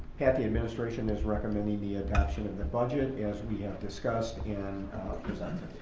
pat, the administration is recommending the adoption of the budget as we have discussed and presented.